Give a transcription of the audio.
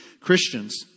Christians